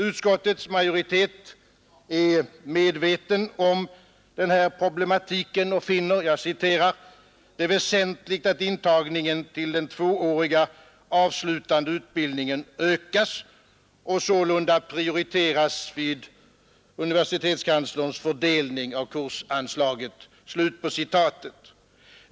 Utskottsmajoriteten är medveten om den här problematiken och finner ”det väsentligt att intagningen till den tvååriga avslutande utbildningen ökas och sålunda prioriteras vid universitetskanslerns fördelning av kursanslaget”.